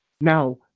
Now